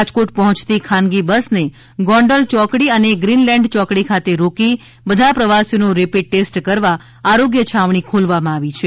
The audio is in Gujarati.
રાજકોટ પહોયતી ખાનગી બસને ગોંડલ ચોકડી અને ગ્રીનલેન્ડ ચોકડી ખાતે રોકી બધા પ્રવાસીઓનો રેપિડ ટેસ્ટ કરવા આરોગ્ય છાવણી ખોલવામાં આવી છે